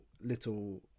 little